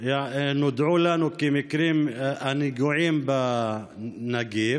נודעו לנו כמקרים של נגועים בנגיף,